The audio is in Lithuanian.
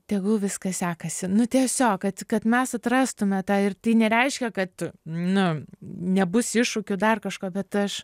tegul viskas sekasi nu tiesiog kad kad mes atrastume tą ir tai nereiškia kad nu nebus iššūkių dar kažko bet aš